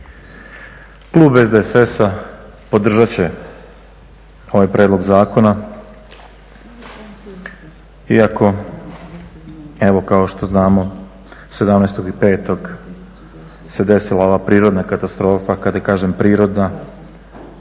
Klub SDSS-a podržati će ovaj prijedlog zakona iako evo kao što znamo 17.5. se desila ova prirodna katastrofa, kada kažem prirodna